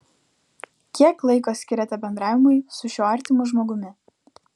kiek laiko skiriate bendravimui su šiuo artimu žmogumi